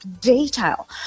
detail